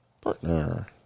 Partner